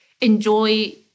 enjoy